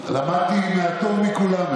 למדתי את זה מהטוב מכולם.